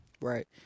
Right